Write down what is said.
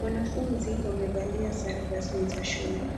Wanafunzi wamevalia sare rasmi za shule,